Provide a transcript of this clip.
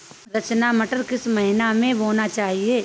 रचना मटर किस महीना में बोना चाहिए?